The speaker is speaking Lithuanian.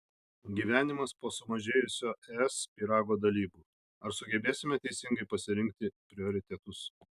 gyvenimas po sumažėjusio es pyrago dalybų ar sugebėsime teisingai pasirinkti prioritetus